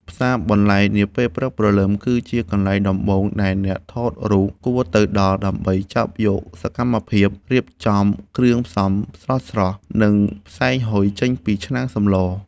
ផ្សារបន្លែនាពេលព្រឹកព្រលឹម គឺជាកន្លែងដំបូងដែលអ្នកថតរូបគួរទៅដល់ ដើម្បីចាប់យកសកម្មភាពរៀបចំគ្រឿងផ្សំស្រស់ៗ និងផ្សែងហុយចេញពីឆ្នាំងសម្ល។